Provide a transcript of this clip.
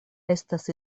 estas